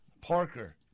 Parker